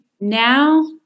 now